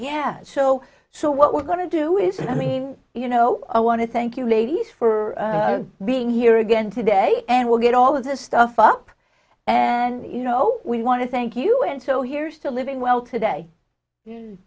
yeah so so what we're going to do is i mean you know i want to thank you ladies for being here again today and we'll get all of this stuff up and you know we want to thank you and so here's to living well today